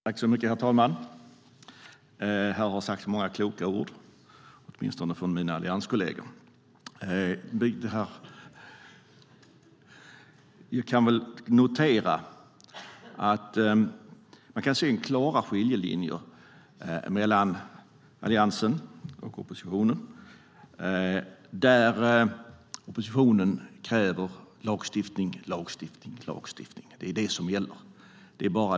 Herr talman! Här har sagts många kloka ord, åtminstone av mina allianskolleger. Vi kan väl notera att vi kan se klara skiljelinjer mellan Alliansen och oppositionen. Oppositionen kräver lagstiftning, lagstiftning, lagstiftning. Det är det som gäller.